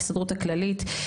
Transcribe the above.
ההסתדרות הכללית.